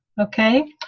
Okay